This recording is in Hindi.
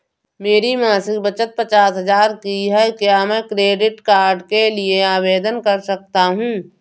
मेरी मासिक बचत पचास हजार की है क्या मैं क्रेडिट कार्ड के लिए आवेदन कर सकता हूँ?